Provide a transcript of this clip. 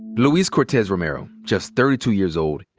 luis cortes romero, just thirty two years old,